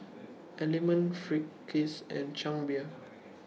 Element Friskies and Chang Beer